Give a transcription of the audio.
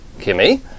Kimmy